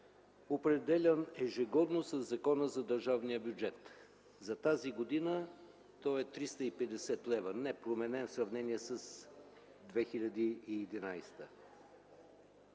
определян ежегодно със Закона за държавния бюджет. За тази година той е 350 лева – непроменен в сравнение с 2011